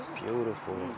beautiful